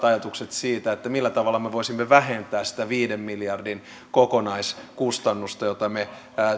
ajatukset siitä millä tavalla me me voisimme vähentää sitä viiden miljardin kokonaiskustannusta jota me